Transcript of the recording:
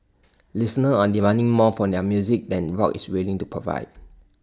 listeners are demanding more from their music than rock is willing to provide